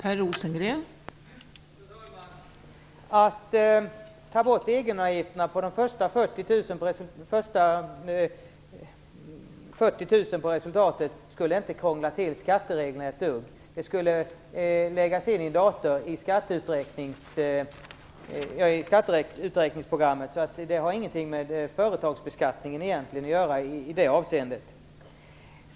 Fru talman! Att ta bort egenavgifterna på resultat under 40 000 kr skulle inte krångla till skattereglerna ett dugg. Det skulle läggas in i skatteuträkningsprogrammet, så det har egentligen ingenting med företagsbeskattningen att göra i det avseendet.